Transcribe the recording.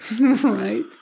Right